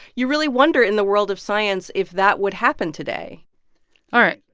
you really wonder, in the world of science, if that would happen today all right.